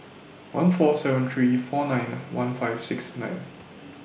one four seven three four nine one five six nine